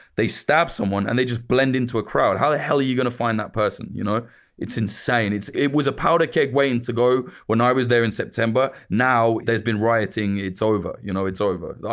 they stab someone and they just blend into a crowd. how the hell are you going to find that person? you know it's insane. it was a powder keg waiting to go, when i was there in september. now there's been rioting, it's over. you know, it's over.